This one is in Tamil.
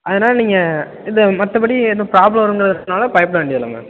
அதனால் நீங்கள் இந்த மற்றபடி எதுவும் ப்ராப்ளம் வருங்கிறதெல்லாம் பயப்பட வேண்டியதில்லை மேம்